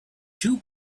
two